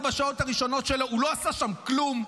ב-24 השעות הראשונות שלו הוא לא עשה שם כלום.